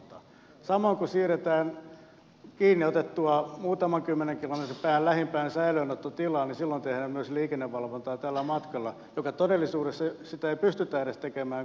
samoin kun siirretään kiinni otettua muutaman kymmenen kilometrin päähän lähimpään säilöönottotilaan tehdään myös tällä matkalla liikennevalvontaa jota todellisuudessa ei pystytä edes tekemään